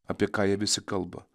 apie ką jie visi kalba